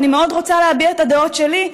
אני מאוד רוצה להביע את הדעות שלי,